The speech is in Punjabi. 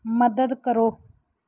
ਮਦਦ ਕਰੋ